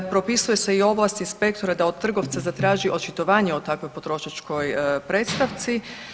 Propisuju se i ovlasti inspektora da od trgovca zatraži očitovanje o takvoj potrošačkoj predstavci.